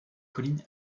colin